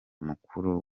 mukuru